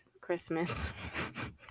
christmas